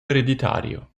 ereditario